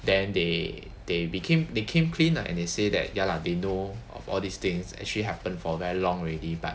then they they became they came clean lah and they say that ya lah they know of all these things actually happen for very long already but